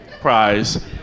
prize